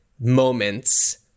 moments